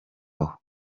aho